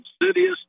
insidious